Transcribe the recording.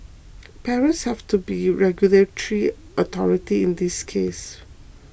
parents have to be regulatory authority in this case